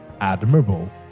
admirable